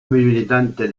militante